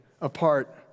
apart